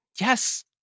Yes